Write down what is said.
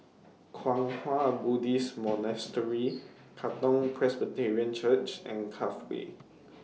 Kwang Hua Buddhist Monastery Katong Presbyterian Church and Cove Way